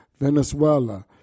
Venezuela